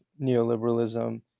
neoliberalism